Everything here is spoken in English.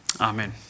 Amen